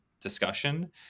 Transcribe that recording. discussion